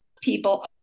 people